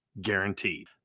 guaranteed